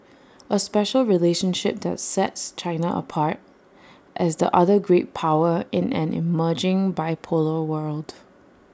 A special relationship that sets China apart as the other great power in an emerging bipolar world